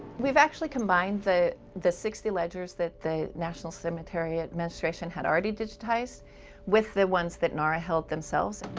we've actually combined the the sixty ledgers that the national cemetery administration had already digitized with the ones that nara held themselves.